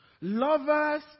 lovers